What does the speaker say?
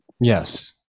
Yes